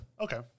Okay